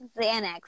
Xanax